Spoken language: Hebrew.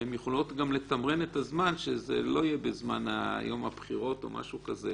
והן יכולות גם לתמרן את הזמן שזה לא יהיה ביום הבחירות או משהו כזה.